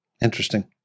Interesting